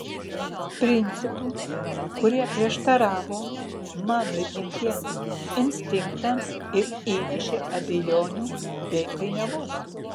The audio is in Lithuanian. principų kurie prieštaravo mano įgimtiems instinktams ir įnešė abejonių bei painiavos